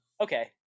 Okay